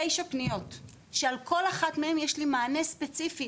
תשע פניות שעל כל אחת מהן יש לי מענה ספציפי.